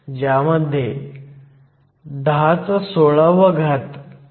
आता समस्या 3 वर जाऊया